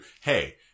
hey